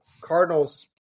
Cardinals